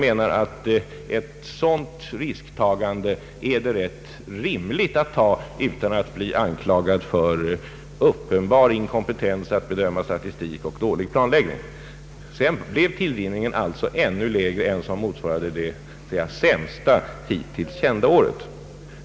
Ett sådant risktagande är rätt rimligt utan att man därför skall behöva bli anklagad för uppenbar inkompetens att bedöma statistik och bli beskyld för dålig planläggning. Sedan blev tillrinningen alltså ännu sämre än som motsvarade det sämsta hittills kända året.